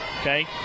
Okay